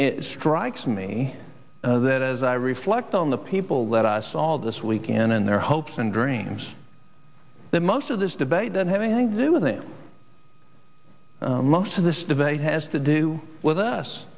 it strikes me that as i reflect on the people let us all this weekend in their hopes and dreams that most of this debate don't have anything to do with it most of this debate has to do with us